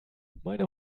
meine